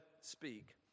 speak